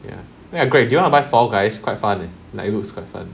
ya oh ya greg do you wanna buy fall guys quite fun leh like it looks quite fun